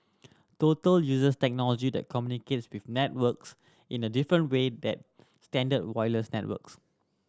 total uses technology that communicates with networks in a different way than standard wireless networks